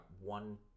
one